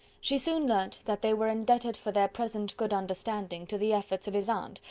she soon learnt that they were indebted for their present good understanding to the efforts of his aunt,